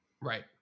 Right